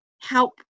help